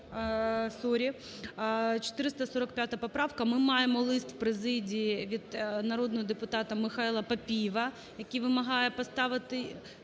445 поправка ми маємо лист президії від народного депутата Михайла Папієва, який вимагає поставити…